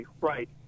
Right